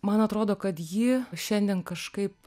man atrodo kad ji šiandien kažkaip